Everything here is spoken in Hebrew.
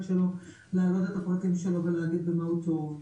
שלו לאמוד את הפרטים שלו ולהגיד במה הוא טוב,